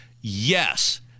yes